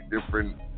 different